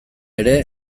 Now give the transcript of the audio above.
ere